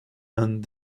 and